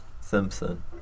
Simpson